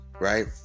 Right